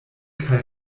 kaj